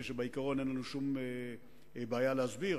מפני שבעיקרון אין לנו שום בעיה להסביר,